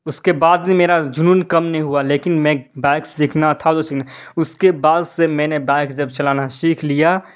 اس کے بعد بھی میرا جنون کم نہیں ہوا لیکن میں بائک سیکھنا تھا تو اس کے بعد سے میں نے بائک جب چلانا سیکھ لیا